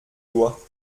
doigt